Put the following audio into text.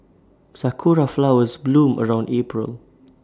Sakura Flowers bloom around April